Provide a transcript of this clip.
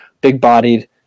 big-bodied